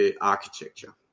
architecture